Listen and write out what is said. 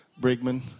Brigman